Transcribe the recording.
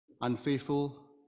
Unfaithful